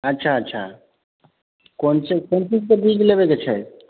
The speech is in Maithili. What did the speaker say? अच्छा अच्छा कोन सभ कोन कोनके बीज लेबैके छै